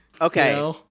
Okay